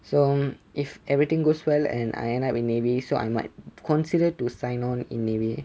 so if everything goes well and I end up in navy so I might consider to sign on in navy